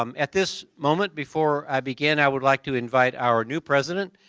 um at this moment, before i begin, i would like to invite our new president,